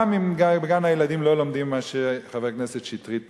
גם אם בגן-הילדים לא לומדים מה שחבר הכנסת שטרית